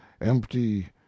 empty